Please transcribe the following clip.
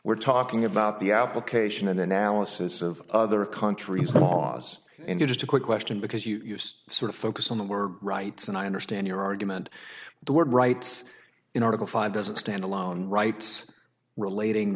we're talking about the application and analysis of other countries laws indeed just a quick question because you just sort of focus on that were rights and i understand your argument the word rights in article five doesn't stand alone rights relating